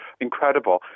Incredible